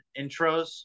intros